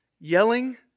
yelling